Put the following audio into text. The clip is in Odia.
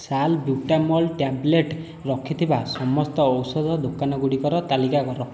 ସାଲ୍ବ୍ୟୁଟାମଲ୍ ଟ୍ୟାବ୍ଲେଟ୍ ରଖିଥିବା ସମସ୍ତ ଔଷଧ ଦୋକାନ ଗୁଡ଼ିକର ତାଲିକା କର